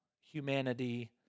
humanity